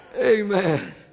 Amen